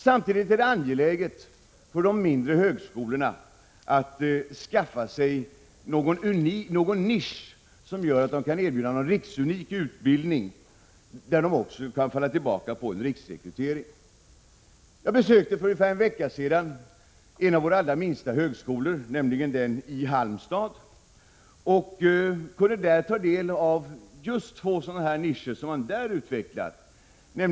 Samtidigt är det angeläget för de mindre högskolorna att skaffa sig någon nisch som gör att man kan erbjuda någon riksunik utbildning och därmed också kan falla tillbaka på en riksrekrytering. Jag besökte för ungefär en vecka sedan en av våra allra minsta högskolor, nämligen den i Halmstad, och kunde där ta del av just två sådana nischer som man utvecklat där.